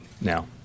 now